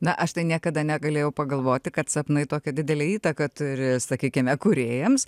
na aš tai niekada negalėjau pagalvoti kad sapnai tokią didelę įtaką turi sakykime kūrėjams